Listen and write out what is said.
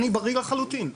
אני בריא לחלוטין.